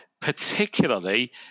particularly